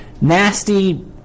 nasty